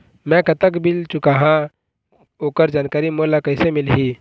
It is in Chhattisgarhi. मैं कतक बिल चुकाहां ओकर जानकारी मोला कइसे मिलही?